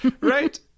right